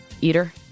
eater